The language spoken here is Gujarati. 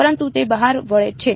પરંતુ તે બહાર વળે છે